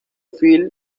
filme